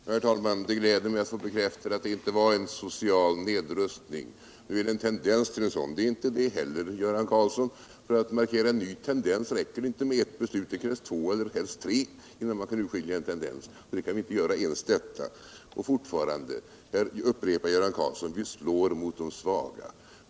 Herr talman! Det gläder mig att få bekräftat att det inte var en social nedrustning: nu är det en tendens till en sådan. Det är det inte heller, Göran Karlsson. För att markera en ny tendens räcker det inte med ett beslut — det krävs två eller helst tre beslut innan man kan urskilja en tendens. Fortfarande upprepar Göran Karlsson att vi slår mot de svaga.